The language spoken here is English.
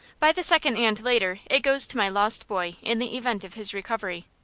by the second and later, it goes to my lost boy in the event of his recovery.